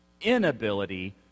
inability